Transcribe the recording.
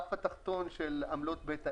הרף התחתון של עמלות בית העסק.